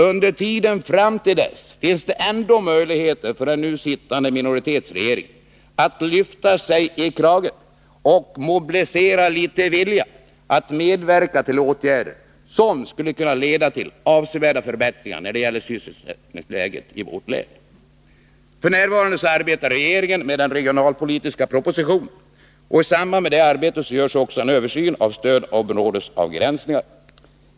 Under tiden fram till dess finns det ändå möjligheter för den nu sittande minoritetsregeringen att lyfta sig i kragen och mobilisera litet vilja att medverka till åtgärder som skulle kunna leda till avsevärda förbättringar när det gäller sysselsättningsläget i vårt län. F.n. arbetar regeringen med den regionalpolitiska propositionen och i samband med detta arbete görs också en översyn av stödområdesavgränsningar.